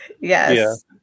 Yes